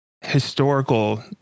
historical